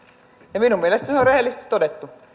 ja minun mielestäni se on rehellisesti todettu